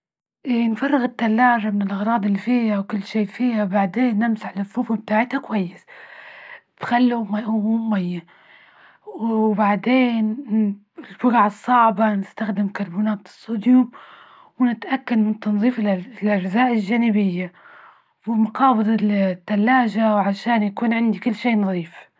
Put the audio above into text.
نفرغ الثلاجة من الأغراض إللي فيها وكل شي فيها، وبعدين نمسح الرفوف بتاعتها كويس. خلوا ما هو مو ميه، وبعدين البجعة الصعبة نستخدم كربونات الصوديوم ونتأكد من تنظيف الأجزاء الجانبيه ومقابض التلاجة، وعشان يكون عندي كل شي نظيف.